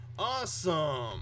Awesome